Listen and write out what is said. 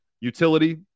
utility